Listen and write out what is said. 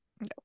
no